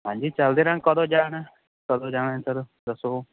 ਹਾਂਜੀ ਚਲਦੇ ਰਹਿਣਾ ਕਦੋਂ ਜਾਣਾ ਕਦੋਂ ਜਾਣਾ ਸਰ ਦੱਸੋ